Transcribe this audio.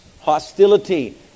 hostility